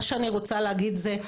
מה שאני רוצה להגיד זה,